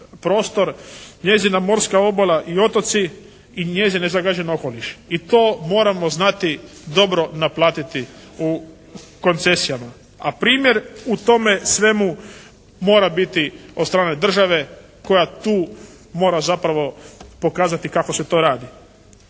prostor, njezina morska obala i otoci i njezin nezagađen okoliš. I to moramo znati dobro naplatiti u koncesijama. A primjer u tome svemu mora biti od strane države koja tu mora zapravo pokazati kako se to radi?